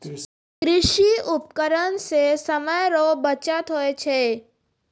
कृषि उपकरण से समय रो बचत हुवै छै